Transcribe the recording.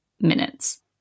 minutes